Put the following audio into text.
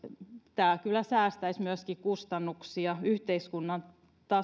tämä kyllä säästäisi myöskin kustannuksia yhteiskunnan